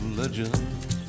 legends